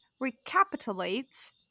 recapitulates